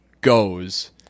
goes